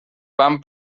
van